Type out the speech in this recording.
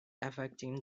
affecting